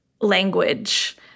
language